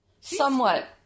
somewhat